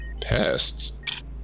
Pests